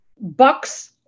Bucks